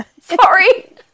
Sorry